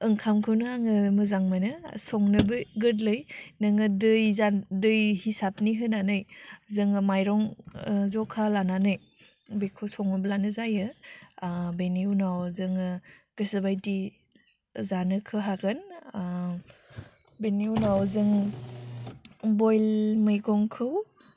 ओंखामखौनो आङो मोजां मोनो संनोबो गोरलै नोङो दै दै हिसाबनि होनानै जोङो माइरं जखा लानानै बेखौ सङोब्लानो जायो बेनि उनाव जोङो गोसो बायदि जानोखौ हागोन बेनि उनाव जों बइल मैगंखौ